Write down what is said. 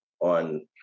on